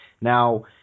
Now